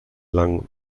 lang